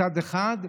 מצד אחד,